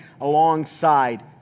alongside